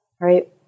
right